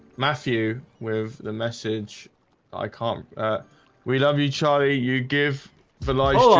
matthew with the message i can't we love you charlie you give the lies